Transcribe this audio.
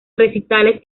recitales